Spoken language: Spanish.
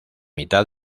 mitad